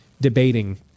debating